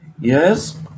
Yes